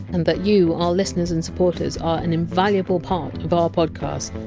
and that you, our listeners and supporters, are an invaluable part of our podcasts,